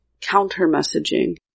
counter-messaging